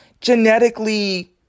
genetically